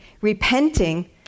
Repenting